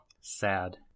Sad